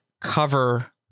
cover